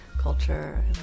culture